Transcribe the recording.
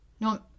No